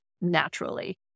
naturally